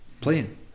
playing